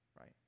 right